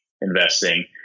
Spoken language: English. investing